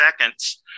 seconds